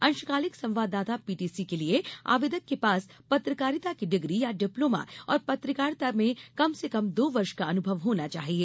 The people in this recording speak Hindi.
अंशकालिक संवाददाता पीटीसी के लिए आवेदक के पास पत्रकारिता की डिग्री या डिप्लोमा और पत्रकारिता में कम से कम दो वर्ष का अनुभव होना चाहिए